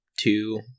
two